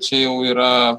čia jau yra